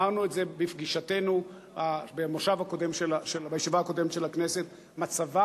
אמרנו את זה בפגישתנו בישיבה הקודמת של הכנסת: מצבה